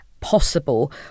possible